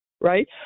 right